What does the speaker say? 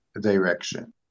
direction